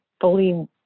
fully